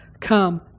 come